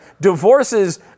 divorces